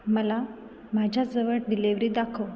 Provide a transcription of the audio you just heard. मला माझ्याजवळ डिलेव्हरी दाखव